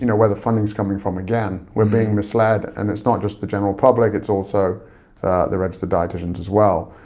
you know where the funding's coming from again. we're being misled and it's not just the general public, it's also the registered dieticians, as well.